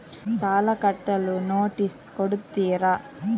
ಸಾಲ ಕಟ್ಟಲು ನೋಟಿಸ್ ಕೊಡುತ್ತೀರ?